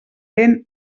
vent